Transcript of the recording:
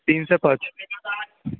تین سے پانچ